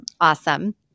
Awesome